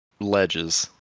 ledges